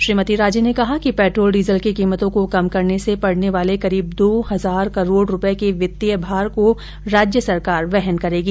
श्रीमती राजे ने कहा कि पेट्रोल डीजल की कीमतों को कम करने से पड़ने वाले करीब दो हजार करोड़ के वित्तीय भार को राज्य सरकार वहन करेगी